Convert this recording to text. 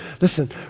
Listen